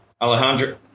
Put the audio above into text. Alejandro